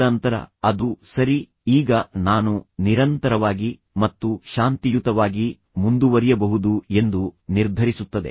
ತದನಂತರ ಅದು ಸರಿ ಈಗ ನಾನು ನಿರಂತರವಾಗಿ ಮತ್ತು ಶಾಂತಿಯುತವಾಗಿ ಮುಂದುವರಿಯಬಹುದು ಎಂದು ನಿರ್ಧರಿಸುತ್ತದೆ